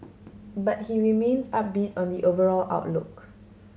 but he remains upbeat on the overall outlook